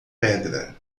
pedra